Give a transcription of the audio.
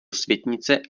světnice